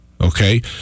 okay